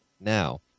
now